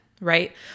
right